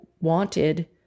wanted